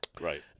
Right